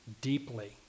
deeply